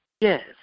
Yes